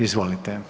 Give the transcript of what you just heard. Izvolite.